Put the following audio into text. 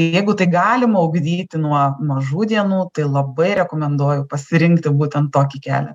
jeigu tai galima ugdyti nuo mažų dienų tai labai rekomenduoju pasirinkti būtent tokį kelią